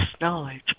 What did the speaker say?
knowledge